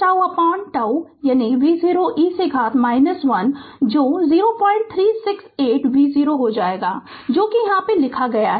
ττ यानी v0 e से घात 1 जो 0368 v0 हो जाएगा जो कि यहाँ लिखा है